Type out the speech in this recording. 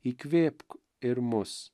įkvėpk ir mus